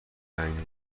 رنگ